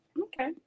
Okay